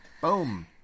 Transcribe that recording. Boom